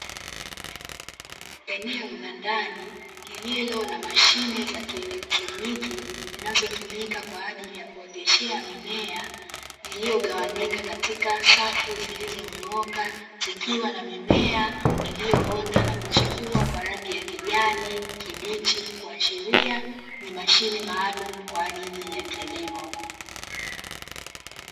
Eneo la ndani lililo na mashine za kielektroniki, zinazotumika kwa ajili ya kuoteshea mimea, iliyogawanyika katika safu zilizonyooka. Zikiwa na mimea iliyoota na kuchipua kwa rangi ya kijani kibichi, kuashiria ni mashine maalumu kwa ajili ya kilimo.